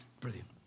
Brilliant